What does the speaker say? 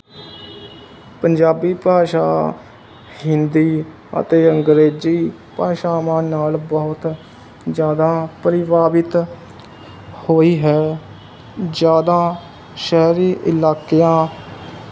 ਪੰਜਾਬੀ ਭਾਸ਼ਾ ਹਿੰਦੀ ਅਤੇ ਅੰਗਰੇਜ਼ੀ ਭਾਸ਼ਾਵਾਂ ਨਾਲ ਬਹੁਤ ਜ਼ਿਆਦਾ ਪ੍ਰਭਾਵਿਤ ਹੋਈ ਹੈ ਜ਼ਿਆਦਾ ਸ਼ਹਿਰੀ ਇਲਾਕਿਆਂ